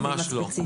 ממש לא.